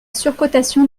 surcotation